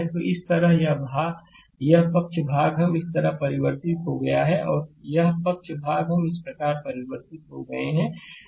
तो इस तरह यह पक्ष भाग हम इस तरह परिवर्तित हो गया है और यह पक्ष भाग हम इस प्रकार परिवर्तित हो गए हैं